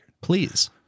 Please